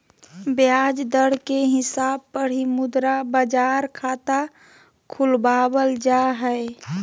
ब्याज दर के हिसाब पर ही मुद्रा बाजार खाता खुलवावल जा हय